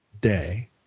day